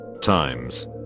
times